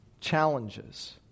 challenges